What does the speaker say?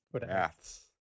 Maths